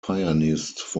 pianist